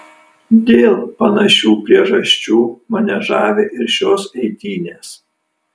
dėl panašių priežasčių mane žavi ir šios eitynės